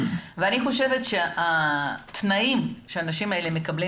אני חושבת שהתנאים שהאנשים האלה מקבלים